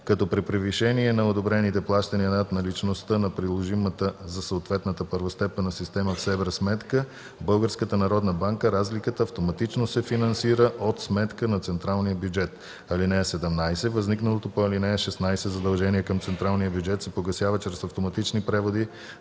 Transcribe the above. като при превишение на одобрените плащания над наличността на приложимата за съответната първостепенна система в СЕБРА сметка в Българската народна банка разликата автоматично се финансира от сметка на централния бюджет. (17) Възникналото по ал. 16 задължение към централния бюджет се погасява чрез автоматични преводи